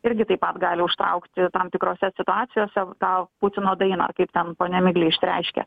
irgi taip pat gali užtraukti tam tikrose situacijose tą putino dainą kaip ten ponia miglė išsireiškė